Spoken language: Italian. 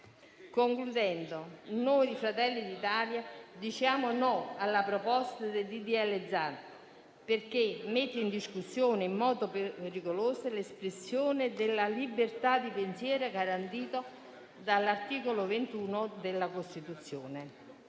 Concludendo, noi di Fratelli d'Italia diciamo di no alla proposta del disegno di legge Zan perché mette in discussione in modo pericoloso l'espressione della libertà di pensiero garantita dall'articolo 21 della Costituzione.